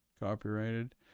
copyrighted